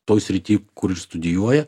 toj srity kur studijuoja